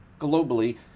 globally